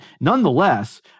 nonetheless